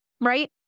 right